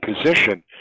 position